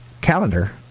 calendar